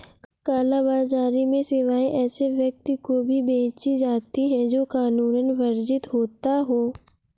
काला बाजारी में सेवाएं ऐसे व्यक्ति को भी बेची जाती है, जो कानूनन वर्जित होता हो